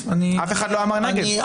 אף אחד לא אמר נגד.